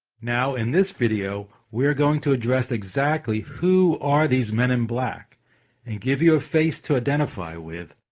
now in this video we're going to address exactly who are these men in black and give you a face to identify with.